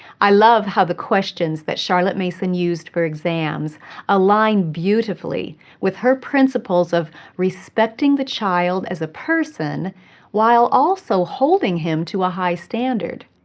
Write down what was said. i love how the questions charlotte mason used for exams align beautifully with her principles of respecting the child as a person while also holding him to a high standard.